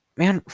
man